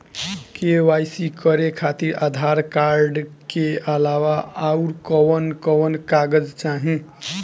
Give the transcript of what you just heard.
KYC करे खातिर Aadhaar card के अलावा आउरकवन कवन कागज चाहीं?